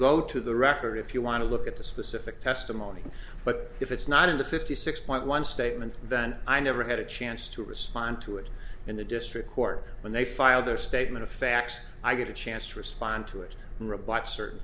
go to the record if you want to look at the specific testimony but if it's not in the fifty six point one statement then i never had a chance to respond to it in the district court when they filed their statement of facts i get a chance to respond to it and rebut certain